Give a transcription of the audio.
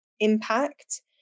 Impact